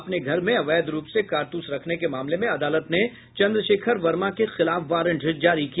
अपने घर में अवैध रुप से कारतूस रखने के मामले में अदालत ने चंद्रशेखर वर्मा के खिलाफ वारंट जारी किया